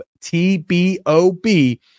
T-B-O-B